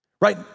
right